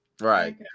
Right